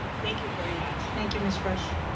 thank you very much. thank you, ms. rush.